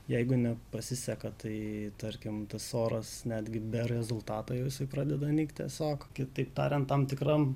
jeigu nepasiseka tai tarkim tas oras netgi be rezultato jau jisai pradeda nykt tiesiog kitaip tariant tam tikram